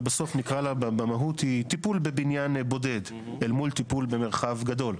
אבל במהות היא טיפול בבניין בודד אל מול טיפול במרחב גדול,